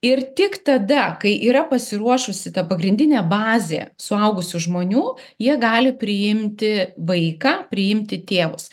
ir tik tada kai yra pasiruošusi ta pagrindinė bazė suaugusių žmonių jie gali priimti vaiką priimti tėvus